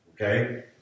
Okay